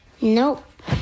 Nope